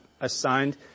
assigned